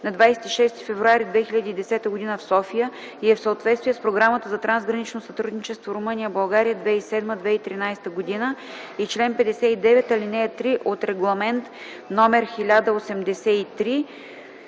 на 26 февруари 2010 г. в София и е в съответствие с Програмата за трансгранично сътрудничество Румъния – България 2007-2013 г. и член 59, ал. 3 от Регламент (ЕО) №